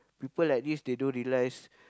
people like this they don't realise